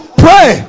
pray